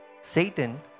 Satan